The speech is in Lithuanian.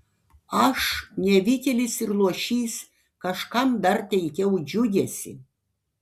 aš nevykėlis ir luošys kažkam dar teikiau džiugesį